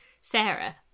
Sarah